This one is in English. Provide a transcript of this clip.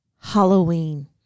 Halloween